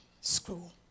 school